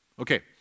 Okay